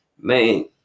man